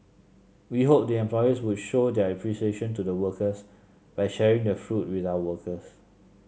we hope the employers would show their appreciation to the workers by sharing the fruit with our workers